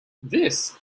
this